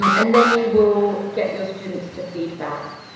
um and then you will get your students to feedback.